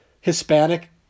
Hispanic